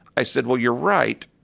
i said, well, you're right,